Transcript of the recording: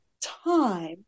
time